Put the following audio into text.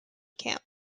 camp